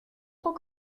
trop